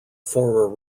former